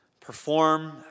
perform